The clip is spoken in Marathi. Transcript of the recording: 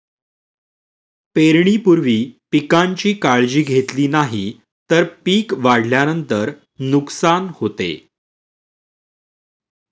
पेरणीपूर्वी पिकांची काळजी घेतली नाही तर पिक वाढल्यानंतर नुकसान होते